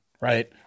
Right